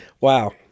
Wow